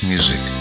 Music